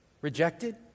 Rejected